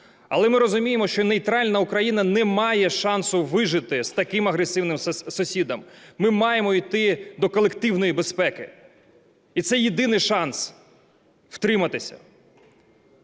Але ми розуміємо, що нейтральна Україна не має шансу вижити з таким агресивним сусідом. Ми маємо йти до колективної безпеки, і це єдиний шанс втриматися.